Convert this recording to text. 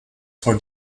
for